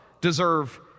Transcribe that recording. deserve